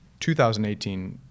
2018